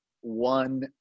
one